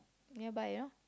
nearby